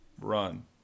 run